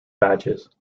badges